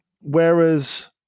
whereas